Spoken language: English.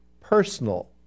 personal